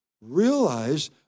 Realize